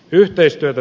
yhteistyötä